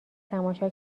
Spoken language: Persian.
تماشا